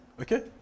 Okay